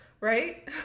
right